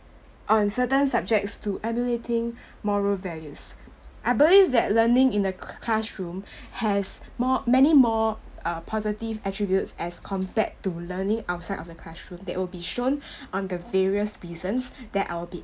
on certain subjects to emulating moral values I believe that learning in the classroom has mo~ many more uh positive attributes as compared to learning outside of the classroom that will be shown on the various reasons that I will be